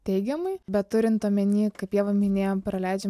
teigiamai bet turint omeny kaip ieva minėjo praleidžiam